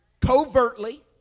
covertly